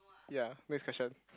ya next question